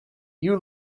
you